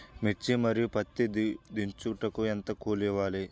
మిర్చి మరియు పత్తి దించుటకు ఎంత కూలి ఇవ్వాలి?